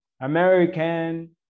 American